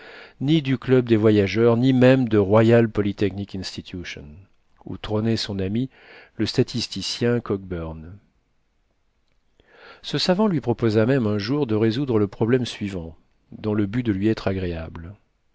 ni du club des voyageurs ni même de royal polytechnic institution où trônait son ami le statisticien kokburn ce savant lui proposa même un jour de résoudre le problème suivant dans le but de lui être agréable